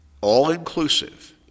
all-inclusive